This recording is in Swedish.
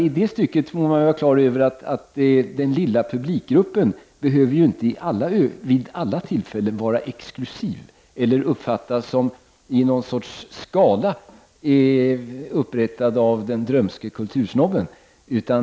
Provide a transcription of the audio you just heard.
I det stycket måste man vara på det klara med att den lilla publikgruppen inte behöver vid alla tillfällen vara exklusiv eller uppfattas som stående i någon skala upprättad av den drömske kultursnobben.